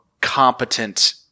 competent